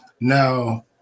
Now